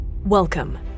Welcome